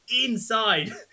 inside